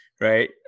Right